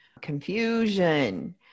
confusion